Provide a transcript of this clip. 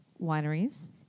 Wineries